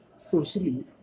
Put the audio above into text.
socially